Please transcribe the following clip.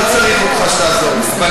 אני לא צריך אותך שתעזור לי.